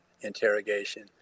interrogation